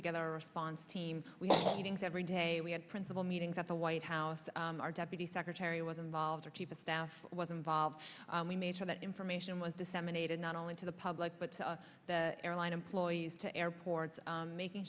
together our response team we think every day we had principal meetings at the white house our deputy secretary was involved or chief of staff was involved we made sure that information was disseminated not only to the public but to the airline employees to airports making